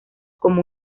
como